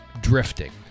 drifting